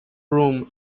room